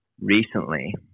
recently